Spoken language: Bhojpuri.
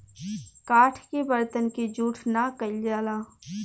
काठ के बरतन के जूठ ना कइल जाला